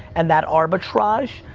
and that arbitrage.